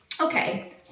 Okay